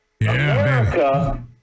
America